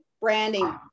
branding